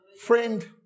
Friend